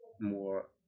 more